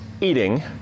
eating